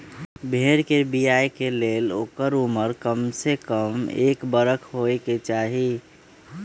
भेड़ कें बियाय के लेल ओकर उमर कमसे कम एक बरख होयके चाही